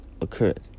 occurred